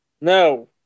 No